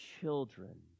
children